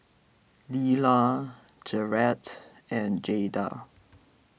Lelia Jarrett and Jayda